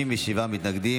57 מתנגדים.